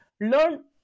learn